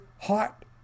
hot